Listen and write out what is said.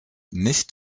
nicht